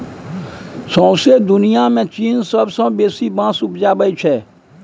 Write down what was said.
सौंसे दुनियाँ मे चीन सबसँ बेसी बाँस उपजाबै छै